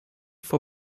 for